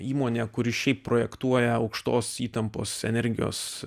įmonė kuri šiaip projektuoja aukštos įtampos energijos